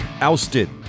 ousted